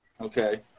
okay